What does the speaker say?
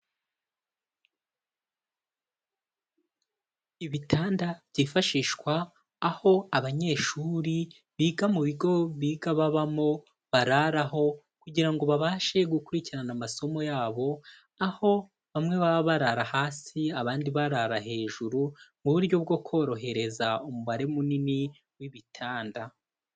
Ibitanda byifashishwa aho abanyeshuri biga mu bigo biga babamo bararaho kugira ngo babashe gukurikirana amasomo yabo, aho bamwe baba barara hasi, abandi barara hejuru mu buryo bwo korohereza umubare munini w'ibitanda.